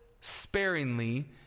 sparingly